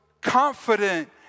confident